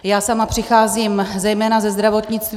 Já sama přicházím zejména ze zdravotnictví.